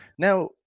Now